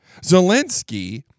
Zelensky